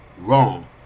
Wrong